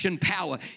power